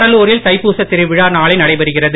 வடலூரில் தைப்பூசத் திருவிழா நாளை நடைபெறுகிறது